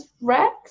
Rex